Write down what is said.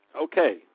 okay